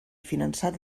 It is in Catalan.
finançat